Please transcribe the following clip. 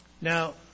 Now